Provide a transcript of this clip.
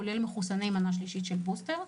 כולל מחוסנים במנה שלישית בבוסטר.